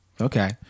Okay